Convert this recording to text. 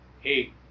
hey